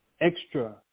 extra